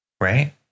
right